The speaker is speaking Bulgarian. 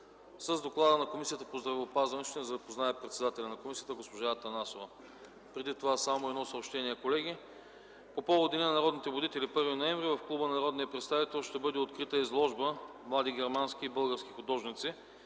С доклада на Комисията по здравеопазването ще ни запознае председателят на комисията госпожа Атанасова. Преди това само едно съобщение: колеги, по повод Денят на народните будители – 1 ноември, в Клуба на народния представител ще бъде открита изложба „Млади германски и български художници”.